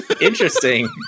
Interesting